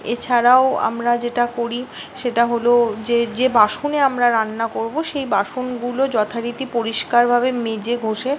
এছাড়াও আমরা যেটা করি সেটা হলো যে যে বাসনে আমরা রান্না করব সেই বাসনগুলো যথারীতি পরিষ্কারভাবে মেজে ঘষে